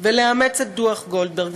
ולאמץ את דוח גולדברג.